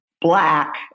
black